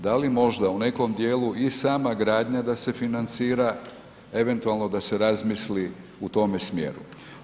Da li možda u nekom dijelu i sama gradnja da se financira, eventualno da se razmisli u tome smjeru.